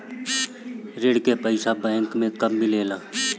ऋण के पइसा बैंक मे कब मिले ला?